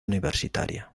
universitaria